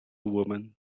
women